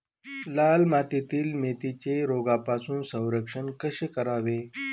लाल मातीतील मेथीचे रोगापासून संरक्षण कसे करावे?